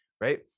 right